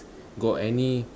got any